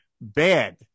bad